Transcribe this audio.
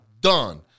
Done